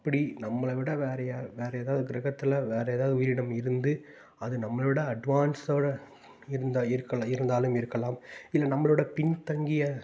அப்படி நம்மளை விட வேறு ஏதாவது வேறு ஏதாவது கிரகத்தில் வேறு ஏதாவது உயிரினம் இருந்து அது நம்மளை விட அட்வான்ஸோடு இருந்தால் இருக்கலாம் இருந்தாலும் இருக்கலாம் இல்லை நம்மளோட பின்தங்கிய